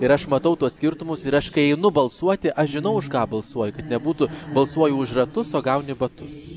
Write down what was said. ir aš matau tuos skirtumus ir aš kai einu balsuoti aš žinau už ką balsuoju kad nebūtų balsuoji už ratus o gauni batus